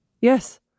Yes